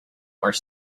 are